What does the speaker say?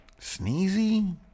Sneezy